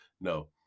No